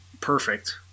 perfect